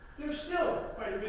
still